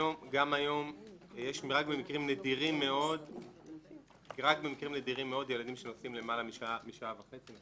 רק במקרים נדירים מאוד יש ילדים שנוסעים למעלה משעה וחצי.